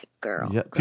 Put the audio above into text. girl